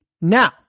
now